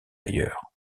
ailleurs